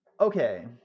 Okay